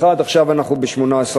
ב1%, ועכשיו אנחנו ב-18%.